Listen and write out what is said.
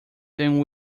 than